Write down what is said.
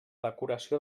decoració